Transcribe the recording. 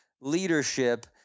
leadership